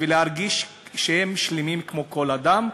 ולהרגיש שהם שלמים כמו כל אדם.